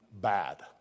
bad